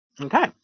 Okay